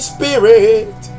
Spirit